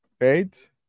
right